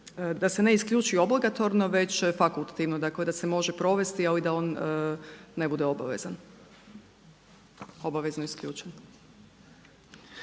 da se ne isključi obligatorno već fakultativno, dakle da se može provesti, ali da on ne bude obavezan, obavezno isključen.